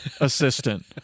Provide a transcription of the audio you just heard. assistant